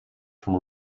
from